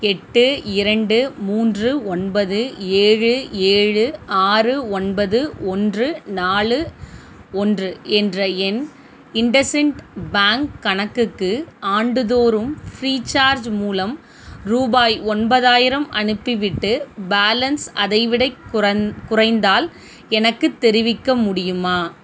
எட்டு இரண்டு மூன்று ஒன்பது ஏழு ஏழு ஆறு ஒன்பது ஒன்று நாலு ஒன்று என்ற என் இண்டஸ்சண்ட் பேங்க் கணக்குக்கு ஆண்டுதோறும் ஃப்ரீசார்ஜ் மூலம் ரூபாய் ஒன்பதாயிரம் அனுப்பிவிட்டு பேலன்ஸ் அதைவிடக் குறைந்தால் எனக்குத் தெரிவிக்க முடியுமா